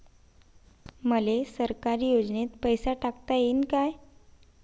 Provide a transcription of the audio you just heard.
मले सरकारी योजतेन पैसा टाकता येईन काय?